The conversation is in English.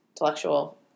intellectual